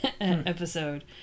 episode